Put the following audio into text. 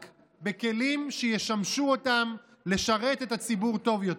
רק בכלים שישמשו אותם לשרת את הציבור טוב יותר.